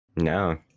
No